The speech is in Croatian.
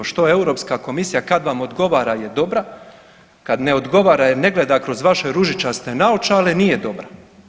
Što Europska komisija kad vam odgovara je dobra, kad ne odgovara i ne gleda kroz vaše ružičaste naočale nije dobra.